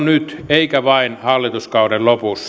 eikä vain hallituskauden lopussa